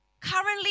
Currently